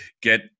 get